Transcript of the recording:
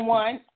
one